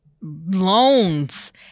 loans